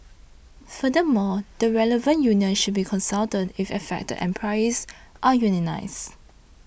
furthermore the relevant union should be consulted if affected employees are unionised